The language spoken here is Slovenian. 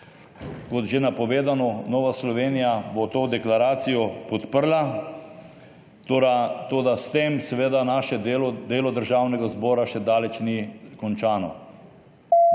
Kot že napovedano, Nova Slovenija bo to deklaracijo podprla. Toda s tem seveda naše delo, delo Državnega zbora še daleč ni končano.